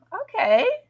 okay